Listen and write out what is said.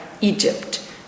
Egypt